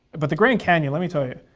but the grand canyon, let me tell you.